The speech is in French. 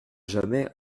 jamais